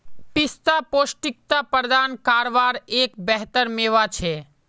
पिस्ता पौष्टिकता प्रदान कारवार एक बेहतर मेवा छे